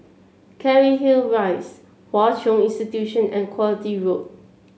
Cairnhill Rise Hwa Chong Institution and Quality Road